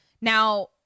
Now